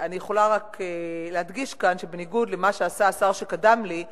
אני יכולה רק להדגיש כאן שבניגוד למה שעשה השר שקדם לי,